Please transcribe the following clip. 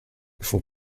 faut